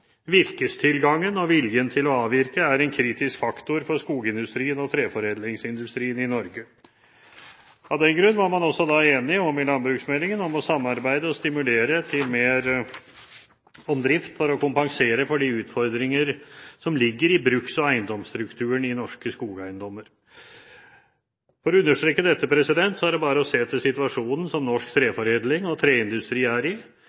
Virkestilgangen og viljen til å avvirke er en kritisk faktor for skogindustrien og treforedlingsindustrien i Norge. Av den grunn var man også i landbruksmeldingen enig om å stimulere til samarbeid om drift for å kompensere for de utfordringer som ligger i bruks- og eiendomsstrukturen i norske skogeiendommer. For å understreke dette er det bare å se til situasjonen som norsk